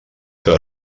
que